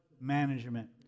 management